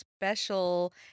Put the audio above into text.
special